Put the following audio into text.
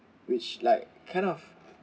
which like kind of